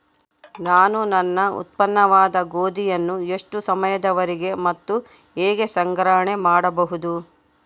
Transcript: ನಾನು ನನ್ನ ಉತ್ಪನ್ನವಾದ ಗೋಧಿಯನ್ನು ಎಷ್ಟು ಸಮಯದವರೆಗೆ ಮತ್ತು ಹೇಗೆ ಸಂಗ್ರಹಣೆ ಮಾಡಬಹುದು?